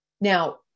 Now